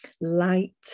light